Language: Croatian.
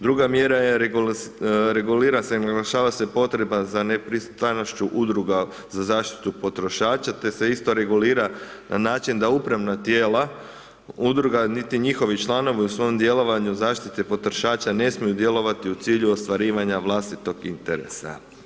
Druga mjera je regulira se naglašava se potreba za nepristranošću udruga za zaštitu potrošača te se isto regulira na način da upravna tijela udruga niti njihovi članovi u svom djelovanju zaštite potrošača ne smiju djelovati u cilju ostvarivanja vlastitog interesa.